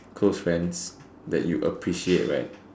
close friends that you appreciate right